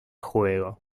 juego